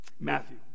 Matthew